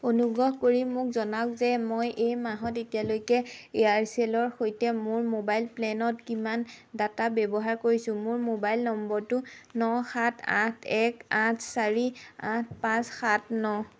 অনুগ্ৰহ কৰি মোক জনাওক যে মই এই মাহত এতিয়ালৈকে এয়াৰচেলৰ সৈতে মোৰ মোবাইল প্লেনত কিমান ডাটা ব্যৱহাৰ কৰিছো মোৰ মোবাইল নম্বৰটো ন সাত আঠ এক আঠ চাৰি আঠ পাঁচ সাত ন